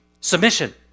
Submission